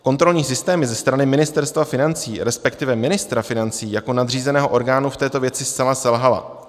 Kontrolní systémy ze strany Ministerstva financí, resp. ministra financí, jako nadřízeného orgánu v této věci zcela selhaly.